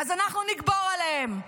אז אנחנו נגבר עליהם.